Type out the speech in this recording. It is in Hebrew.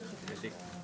(היו"ר מופיד מרעי, 12:20)